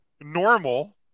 normal